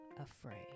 Afraid